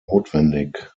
notwendig